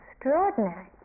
extraordinary